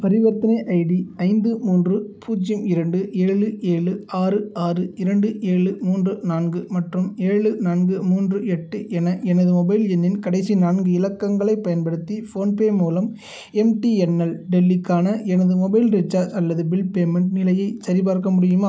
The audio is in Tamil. பரிவர்த்தனை ஐடி ஐந்து மூன்று பூஜ்ஜியம் இரண்டு ஏழு ஏழு ஆறு ஆறு இரண்டு ஏழு மூன்று நான்கு மற்றும் ஏழு நான்கு மூன்று எட்டு என எனது மொபைல் எண்ணின் கடைசி நான்கு இலக்கங்களைப் பயன்படுத்தி ஃபோன்பே மூலம் எம்டிஎன்எல் டெல்லிக்கான எனது மொபைல் ரீசார்ஜ் அல்லது பில் பேமெண்ட் நிலையைச் சரிபார்க்க முடியுமா